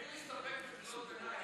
אמיר מסתפק בקריאות ביניים.